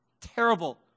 terrible